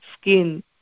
skin